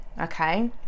okay